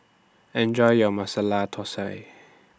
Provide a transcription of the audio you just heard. Enjoy your Masala Thosai